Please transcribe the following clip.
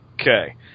Okay